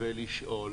ההזדמנות ולשאול.